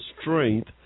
strength